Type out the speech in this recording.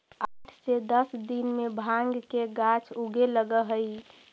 आठ से दस दिन में भाँग के गाछ उगे लगऽ हइ